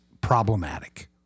problematic